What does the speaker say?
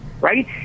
right